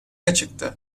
açıktı